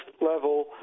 level